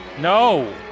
No